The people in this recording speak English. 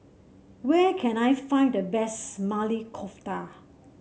where can I find the best Maili Kofta